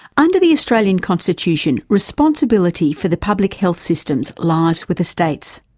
under the australian constitution, responsibility for the public health system lies with the states.